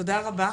תודה רבה.